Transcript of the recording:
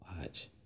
Watch